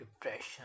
depression